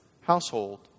household